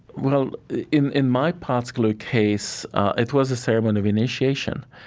well, in in my particular case it was a ceremony of initiation